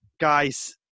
guys